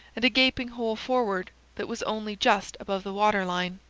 and a gaping hole forward, that was only just above the water-line.